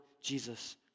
Jesus